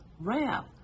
Wrap